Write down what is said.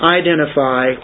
identify